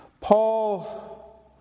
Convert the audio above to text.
Paul